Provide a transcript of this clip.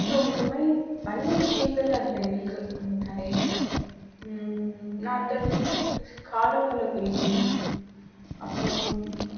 so இந்த மாதிரி பல விஷயங்கள் அதில் இருக்குது அந்த கலையில் நான் டேட் காலங்களை குறிக்கும் அப்புறோம்